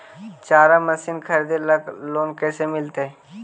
चारा मशिन खरीदे ल लोन कैसे मिलतै?